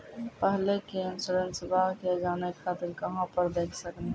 पहले के इंश्योरेंसबा के जाने खातिर कहां पर देख सकनी?